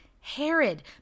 Herod